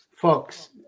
folks